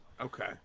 Okay